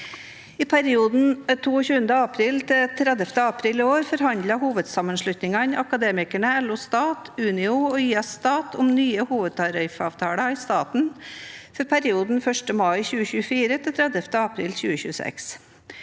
I perioden 22. april–30. april i år forhandlet hovedsammenslutningene Akademikerne, LO Stat, Unio og YS Stat om nye hovedtariffavtaler i staten for perioden 1. mai 2024 til 30. april 2026.